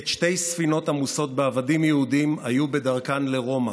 עת שתי ספינות עמוסות בעבדים יהודים היו בדרכן לרומא.